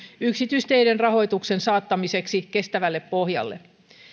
yksityisteiden rahoituksen saattamiseksi kestävälle pohjalle